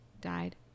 died